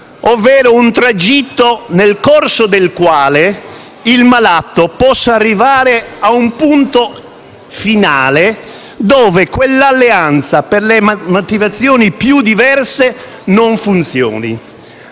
ovvero un tragitto nel corso del quale il malato possa arrivare ad un punto finale, dove quell'alleanza, per le motivazioni più diverse, non funzioni.